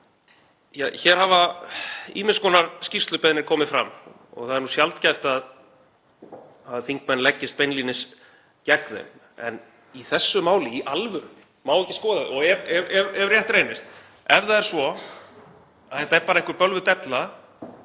Hér hafa ýmiss konar skýrslubeiðnir komið fram og það er nú sjaldgæft að þingmenn leggist beinlínis gegn þeim. En í þessu máli, í alvörunni, má ekki skoða það? Ef rétt reynist, ef það er svo að þetta er bara einhver bölvuð della